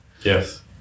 Yes